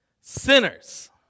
sinners